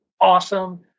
awesome